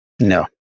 no